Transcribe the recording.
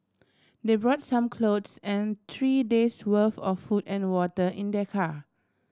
they brought some clothes and three days' worth of food and water in their car